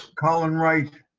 colin wright